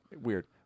weird